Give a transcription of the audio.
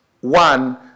one